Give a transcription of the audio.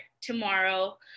tomorrow